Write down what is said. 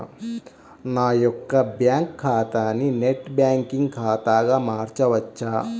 నా యొక్క బ్యాంకు ఖాతాని నెట్ బ్యాంకింగ్ ఖాతాగా మార్చవచ్చా?